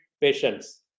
patients